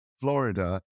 Florida